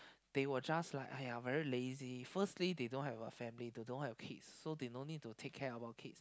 they will just like !aiya! very lazy firstly they don't have a family they don't have kids so they no need to take care about kids